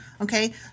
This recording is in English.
Okay